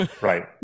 Right